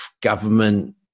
government